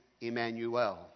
Emmanuel